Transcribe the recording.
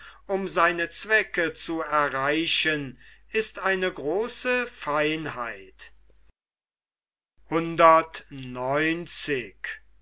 um seine zwecke zu erreichen ist eine große feinheit